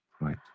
Right